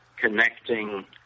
connecting